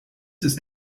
ist